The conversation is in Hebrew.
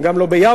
גם לא ביבנה,